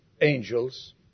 angels